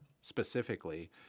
specifically